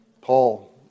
Paul